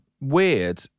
weird